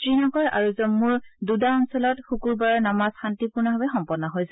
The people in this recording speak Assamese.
শ্ৰীনগৰ আৰু জন্মুৰ দুদা অঞ্চলত শুকুৰবাৰৰ নামাজ শান্তিপূৰ্ণভাৱে সম্পন্ন হৈছে